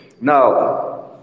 Now